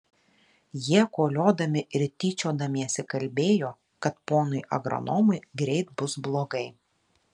jie koliodami ir tyčiodamiesi kalbėjo kad ponui agronomui greit bus blogai